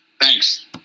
Thanks